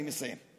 אני מסיים.